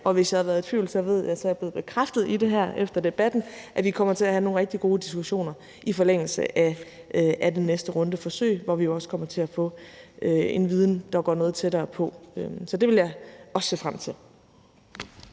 og hvis jeg havde været i tvivl, er jeg blevet bekræftet i det her efter debatten – at vi kommer til at have nogle rigtig gode diskussioner i forlængelse af den næste runde forsøg, hvor vi også kommer til at få en viden, der går noget tættere på. Så det vil jeg også se frem til.